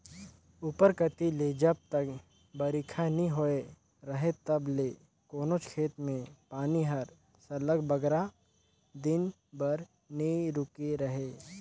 उपर कती ले जब तक बरिखा नी होए रहें तब ले कोनोच खेत में पानी हर सरलग बगरा दिन बर नी रूके रहे